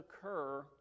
occur